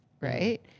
right